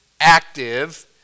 active